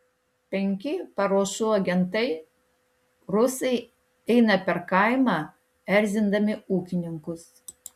penki paruošų agentai rusai eina per kaimą erzindami ūkininkus